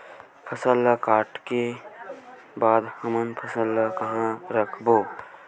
फसल ला काटे के बाद हमन फसल ल कहां रखबो?